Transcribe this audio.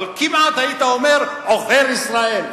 אבל כמעט היית אומר: עוכר ישראל.